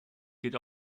gilt